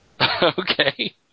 Okay